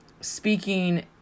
speaking